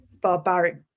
barbaric